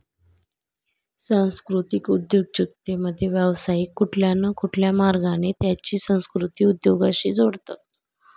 सांस्कृतिक उद्योजकतेमध्ये, व्यावसायिक कुठल्या न कुठल्या मार्गाने त्यांची संस्कृती उद्योगाशी जोडतात